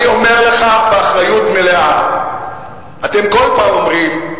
אני אומר לך באחריות מלאה, אתם כל פעם אומרים: